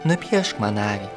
nupiešk man avį